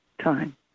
time